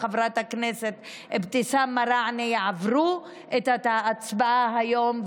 חברת הכנסת אבתיסאם מראענה יעברו את ההצבעה היום,